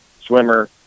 swimmer